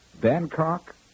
Bangkok